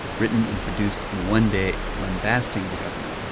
written and produced in one day, lambasting the governor.